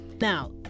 Now